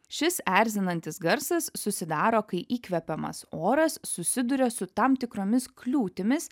šis erzinantis garsas susidaro kai įkvepiamas oras susiduria su tam tikromis kliūtimis